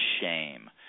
shame